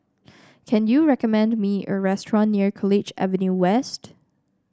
can you recommend me a restaurant near College Avenue West